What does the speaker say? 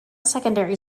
secondary